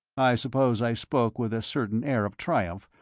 i suppose i spoke with a certain air of triumph,